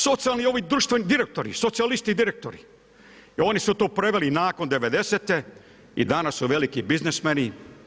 Socijalni i ovi društveni direktori, socijalisti i direktori, oni su to preveli nakon '90-te i danas su veliki biznismeni.